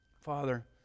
Father